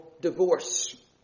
divorce